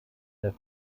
der